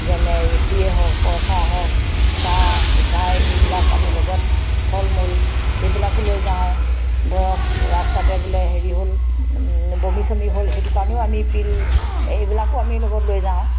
যেনে ৰুটিয়েই হওক পৰঠা হওক চাহ মিঠাই এইবিলাক আমি লগত ফল মূল সেইবিলাকো লৈ যাওঁ ধৰক ৰাস্তাতে বোলে হেৰি হ'ল বমি চমি হ'ল সেইটো কাৰণেও আমি পিল এইবিলাকো আমি লগত লৈ যাওঁ